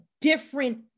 different